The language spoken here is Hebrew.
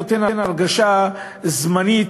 נותן הרגשה זמנית,